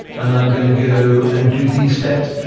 and i'm going to go and do these steps.